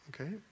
okay